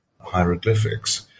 hieroglyphics